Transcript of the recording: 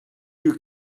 you